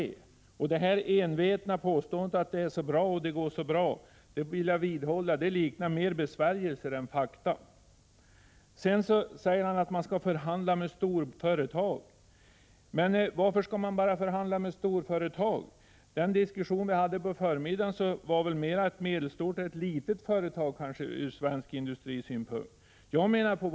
Jag vidhåller att 1 april 1986 detta envetna påstående om att det är så bra och att allt går bra mer liknar besvärjelser än fakta. Om befolknings: Industriministern säger vidare att man skall förhandla med storföretag. HIVeCklUngEn Men varför skall man bara förhandla med storföretag? Den diskussion vi iskogslänen hade på förmiddagen gällde väl kanske mera ett från svensk industris synpunkt litet eller medelstort företag.